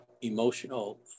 emotional